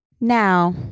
Now